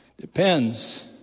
Depends